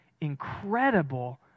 incredible